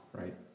right